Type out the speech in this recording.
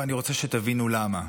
אבל אני רוצה שתבינו למה.